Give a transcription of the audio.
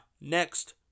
next